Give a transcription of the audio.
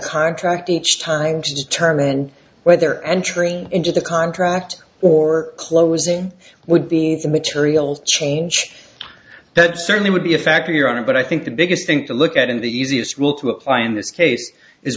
contract each time to determine whether entry into the contract or closing would be a material change that certainly would be a factor your honor but i think the biggest thing to look at in the easiest rule to apply in this case is